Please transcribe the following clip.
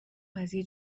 قضیه